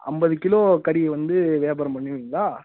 ஐம்பது கிலோ கறி வந்து வியாபாரம் பண்ணுவீங்களா